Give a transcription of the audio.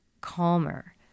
calmer